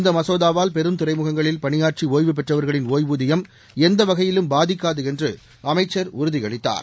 இந்த மசோதாவால் பெரும் துறைமுகங்களில் பணியாற்றி ஓய்வு பெற்றவர்களின் ஓய்வூதியம் எந்தவகையிலும் பாதிக்காது என்று அமைச்சர் உறுதியளித்தார்